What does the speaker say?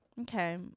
Okay